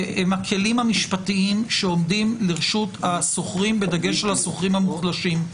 הכלים המשפטיים שעומדים לרשותו השוכרים ובדגש על השוכרים המוחלשים.